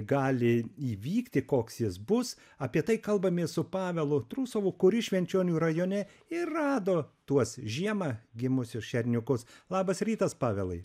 gali įvykti koks jis bus apie tai kalbamės su pavelu trusovu kuris švenčionių rajone ir rado tuos žiemą gimusius šerniukus labas rytas pavelai